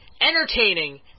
entertaining